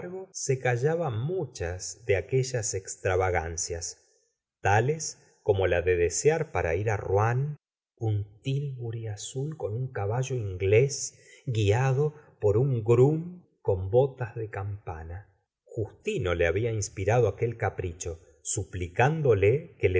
se callaba muchas de aquellas extravagancias tales como la de desear para ir á rouen un tilburi azul con un caballo inglés guiado por un groom con botas de campana justino le había inspirado aquel capricho suplicándole que le